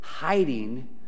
Hiding